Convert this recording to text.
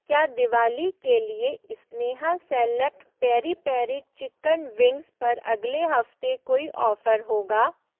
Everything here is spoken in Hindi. क्या दिवाली के लिए Sneha select peri peri chicken wings पर अगले हफ्ते कोई ऑफर होगा